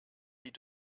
sie